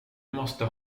måste